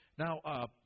Now